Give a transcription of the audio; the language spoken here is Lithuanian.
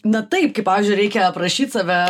na taip kai pavyzdžiui reikia aprašyt save